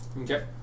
Okay